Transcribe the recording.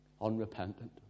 unrepentant